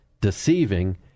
deceiving